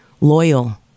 loyal